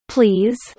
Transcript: Please